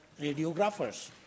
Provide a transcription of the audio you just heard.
radiographers